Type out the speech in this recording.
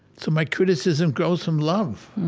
so my criticism grows from love.